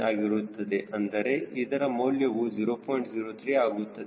03 ಆಗುತ್ತದೆ